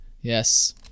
Yes